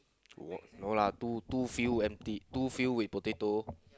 what no lah two two fill empty two fill with potato